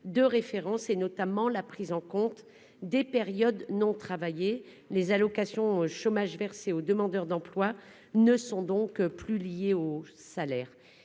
de référence et notamment la prise en compte des périodes non travaillées, les allocations chômage versées aux demandeurs d'emploi ne sont donc plus lié aux salaires,